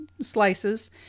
slices